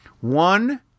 One